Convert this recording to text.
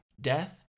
death